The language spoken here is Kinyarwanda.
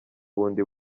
bundi